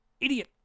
idiot